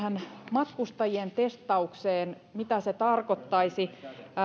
matkustajien testaukseen siihen mitä se tarkoittaisi